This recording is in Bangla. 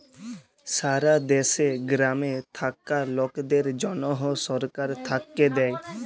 সারা দ্যাশে গ্রামে থাক্যা লকদের জনহ সরকার থাক্যে দেয়